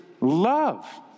Love